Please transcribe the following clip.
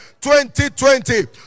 2020